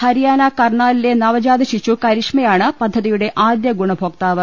ഹരിയാന കർണാലിലെ നവ ജാത ശിശു കരിഷ്മയാണ് പദ്ധതിയുടെ ആദ്യ ഗുണഭോക്താവ്